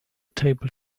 table